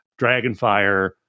Dragonfire